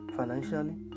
financially